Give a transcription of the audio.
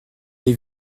l’ai